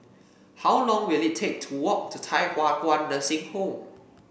how long will it take to walk to Thye Hua Kwan Nursing Home